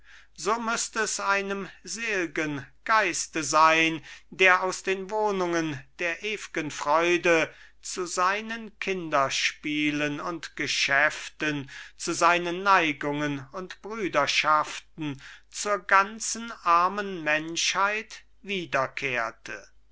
so müßt es einem selgen geiste sein der aus den wohnungen der ewgen freude zu seinen kinderspielen und geschäften zu seinen neigungen und brüderschaften zur ganzen armen menschheit wiederkehrte